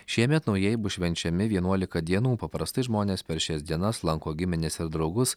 šiemet naujieji bus švenčiami vienuolika dienų paprastai žmonės per šias dienas lanko gimines ir draugus